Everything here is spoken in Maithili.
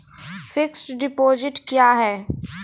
फिक्स्ड डिपोजिट क्या हैं?